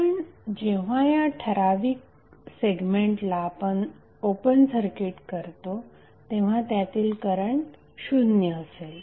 कारण जेव्हा या ठराविक सेगमेंटला ओपन सर्किट करतो तेव्हा त्यातील करंट शून्य असेल